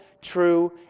true